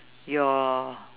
your